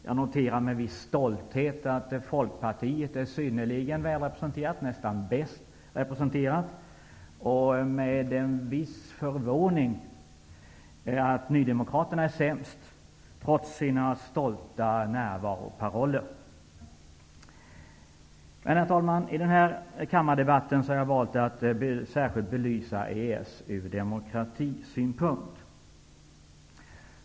Jag noterar med viss stolthet att Folkpartiet är synnerligen väl representerat, nästan bäst, och med viss förvåning att Nydemokraterna är sämst, trots sina stolta närvaroparoller. Herr talman! I denna kammardebatt har jag valt att särskilt belysa EES ur demokratisynpunkt.